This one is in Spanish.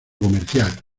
comercial